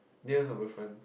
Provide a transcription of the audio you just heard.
near Harbourfront